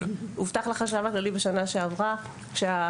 הובטח לחשב הכללי שהמדינה,